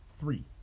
three